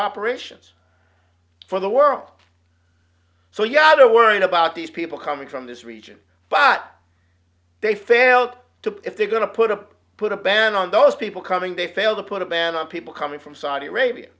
operations for the world so yeah they're worried about these people coming from this region but they failed to if they're going to put a put a ban on those people coming they fail to put a ban on people coming from saudi arabia